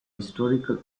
historical